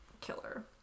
killer